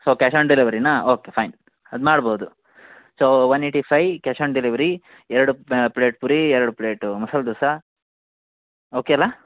so cash on ಡೆಲಿವರಿನ okay fine ಅದು ಮಾಡ್ಬೋದು so one eighty five cash on delivery ಎರಡು ಪ್ಲೇಟ್ ಪೂರಿ ಎರಡು ಪ್ಲೇಟ್ ಮಸಾಲೆ ದೋಸೆ ಓಕೆ ಅಲ್ಲ